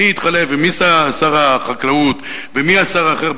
מי התחלף ומי שר החקלאות ומי השר האחר,